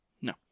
no